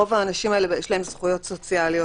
לרוב האנשים האלה יש זכויות סוציאליות.